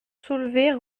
soulevés